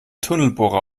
tunnelbohrer